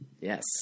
Yes